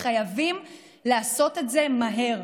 וחייבים לעשות זאת מהר.